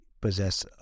possess